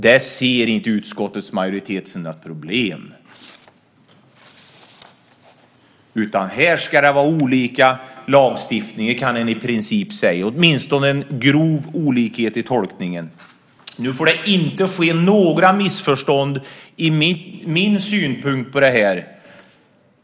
Det ser inte utskottets majoritet som något problem. Här ska det vara olika lagstiftning, kan man i princip säga - åtminstone en grov olikhet i tolkningen. Nu får det inte ske några missförstånd om min synpunkt på det här.